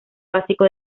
básico